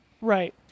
Right